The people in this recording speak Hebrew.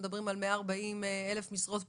ומדברים על 140 אלף משרות פנויות,